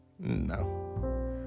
No